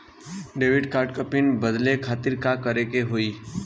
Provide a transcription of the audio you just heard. Debit card क pin बदले खातिर का करेके होई?